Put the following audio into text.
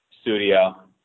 studio